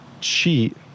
cheat